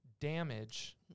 damage